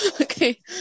Okay